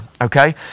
okay